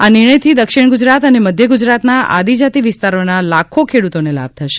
આ નિર્ણયથી દક્ષિણ ગુજરાત અને મધ્ય ગુજરાતના આદિજાતિ વિસ્તારોના લાખો ખેડ્રતોને લાભ થશે